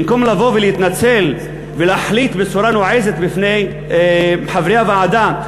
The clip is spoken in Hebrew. במקום לבוא ולהתנצל ולהחליט בצורה נועזת בפני חברי הוועדה,